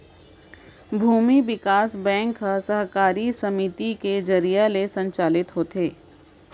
भूमि बिकास बेंक ह सहकारी समिति के जरिये ही संचालित होथे